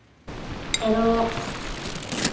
ᱮᱨᱚᱜ